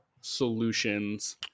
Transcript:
solutions